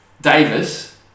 Davis